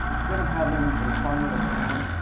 instead of having a final exam,